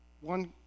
One